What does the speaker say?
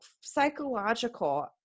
psychological